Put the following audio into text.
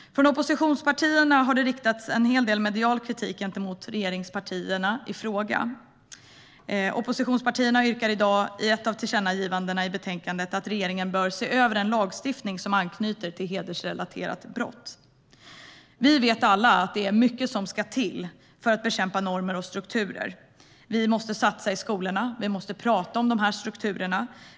Från oppositionspartierna har det riktats en hel del medial kritik gentemot regeringspartierna i frågan. Oppositionspartierna yrkar i dag i ett av tillkännagivandena i betänkandet på att regeringen ska se över den lagstiftning som anknyter till hedersrelaterade brott. Vi vet alla att det är mycket som ska till för att bekämpa normer och strukturer. Vi måste satsa i skolorna. Vi måste prata om strukturerna.